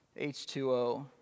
H2O